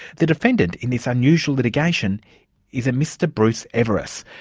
the defendant in this unusual litigation is a mr bruce everiss.